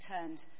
returned